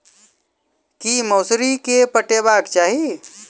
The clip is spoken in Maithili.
की मौसरी केँ पटेबाक चाहि?